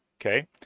Okay